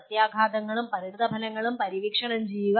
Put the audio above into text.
പ്രത്യാഘാതങ്ങളും പരിണതഫലങ്ങളും പര്യവേക്ഷണം ചെയ്യുക